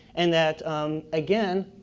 and that again,